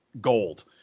gold